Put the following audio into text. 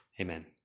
Amen